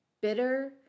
bitter